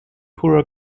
poorer